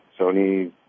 Sony